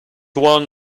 one